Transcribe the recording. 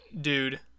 Dude